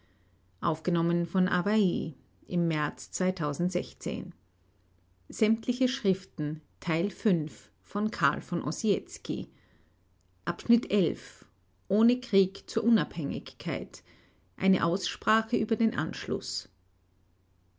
ohne krieg zur unabhängigkeit eine aussprache über den anschluß